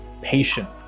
patient